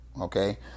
Okay